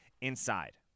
inside